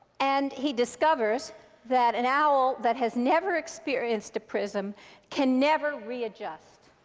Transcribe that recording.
and he discovers that an owl that has never experienced a prism can never readjust